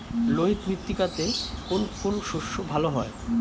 লোহিত মৃত্তিকাতে কোন কোন শস্য ভালো হয়?